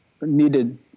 needed